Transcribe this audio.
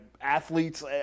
athletes